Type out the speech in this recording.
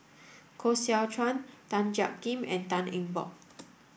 Koh Seow Chuan Tan Jiak Kim and Tan Eng Bock